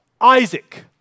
Isaac